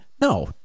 No